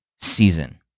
season